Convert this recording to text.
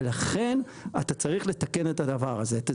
לכן אתה צריך לתקן את הדבר הזה.